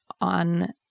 on